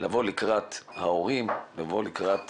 לבוא לקראת ההורים, לבוא לקראת